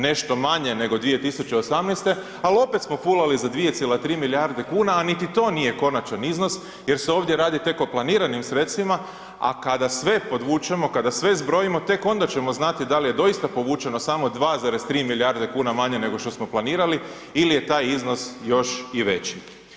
Nešto manje nego 2018. ali opet smo fulali za 2,3 milijarde kuna, a niti to nije konačan iznos jer se ovdje radi tek o planiranim sredstvima, a kada sve podvučemo, kada sve zbrojimo, tek onda ćemo znati da li je doista povučeno samo 2,3 milijarde kuna manje nego što smo planirali ili je taj iznos još i veći.